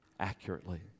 Accurately